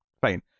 fine